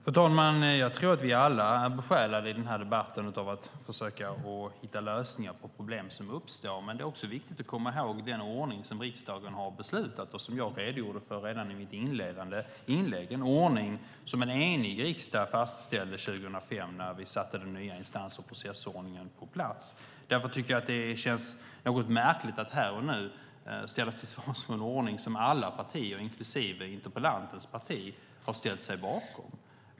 Fru talman! Jag tror att vi alla är besjälade av att försöka hitta lösningar på problem som uppstår, men det är också viktigt att komma ihåg den ordning som riksdagen har beslutat och som jag redogjorde för i mitt inledande inlägg - den ordning som en enig riksdag fastställde 2005 när vi satte den nya instans och processordningen på plats. Därför känns det något märkligt att här och nu ställas till svars för en ordning som alla partier, inklusive interpellantens parti, har ställt sig bakom.